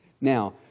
Now